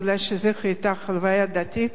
בגלל שזו היתה הלוויה דתית,